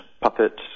puppet